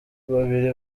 babiri